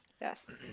Yes